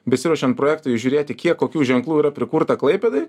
besiruošiant projektui žiūrėti kiek kokių ženklų yra prikurta klaipėdoj